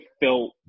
felt